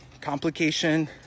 complication